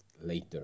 later